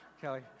Kelly